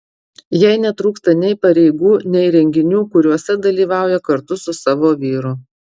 jai netrūksta nei pareigų nei renginių kuriuose dalyvauja kartu su savo vyru